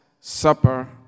supper